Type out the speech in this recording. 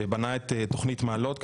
שבנה את תכנית מעלות,